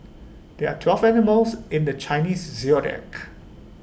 there are twelve animals in the Chinese Zodiac